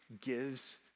gives